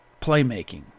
playmaking